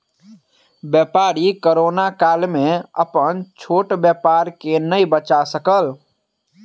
व्यापारी कोरोना काल में अपन छोट व्यापार के नै बचा सकल